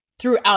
throughout